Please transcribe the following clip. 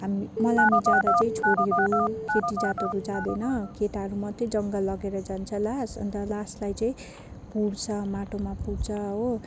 हामी मलामी जाँदा चाहिँ छोरीहरू केटी जातहरू जाँदैन केटाहरू मात्रै जङ्गल लगेर जान्छ लास अन्त लासलाई चाहिँ पुर्छ माटोमा पुर्छ हो